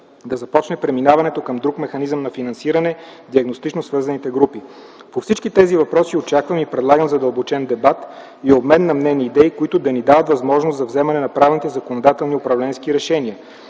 да започне преминаването към друг механизъм на финансиране – диагностично свързаните групи. По всички тези въпроси очаквам и предлагам задълбочен дебат и обмен на мнение и идеи, които да ни дават възможност за вземане на правилните законодателни и управленски решения.